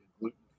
gluten